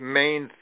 main